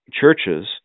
churches